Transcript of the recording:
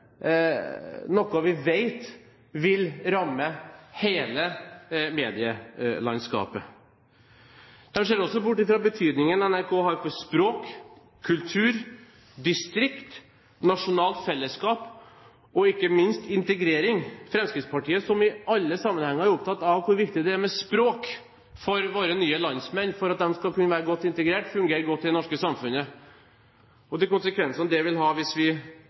noe vi vet vil ramme hele medielandskapet. Fremskrittspartiet, som i alle sammenhenger er opptatt av hvor viktig det er med språk for våre nye landsmenn for at de skal kunne være godt integrert og fungere godt i det norske samfunnet, ser også bort fra betydningen NRK har for språk, kultur, distrikt, nasjonalt fellesskap og ikke minst integrering, og de konsekvensene det vil ha hvis vi